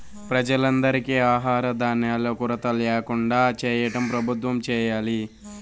ప్రజలందరికీ ఆహార ధాన్యాల కొరత ల్యాకుండా చేయటం ప్రభుత్వం చేయాలి